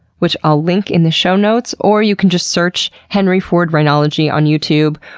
which i'll link in the show notes, or you can just search henry ford rhinology on youtube.